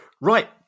Right